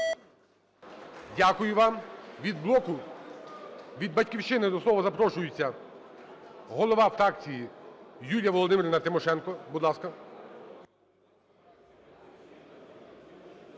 Дякую вам. Бід блоку… від "Батьківщини" до слова запрошується голова фракції Юлія Володимирівна Тимошенко. Будь ласка.